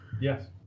yes